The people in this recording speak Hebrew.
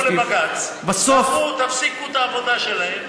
החבר'ה פנו לבג"ץ ואמרו: תפסיקו את העבודה שלהם,